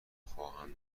خواهم